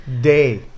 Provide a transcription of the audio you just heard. day